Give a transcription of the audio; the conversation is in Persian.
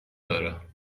داره